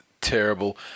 terrible